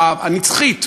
הנצחית,